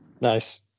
nice